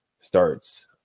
starts